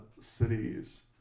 cities